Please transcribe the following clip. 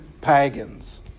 pagans